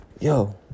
Yo